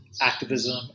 activism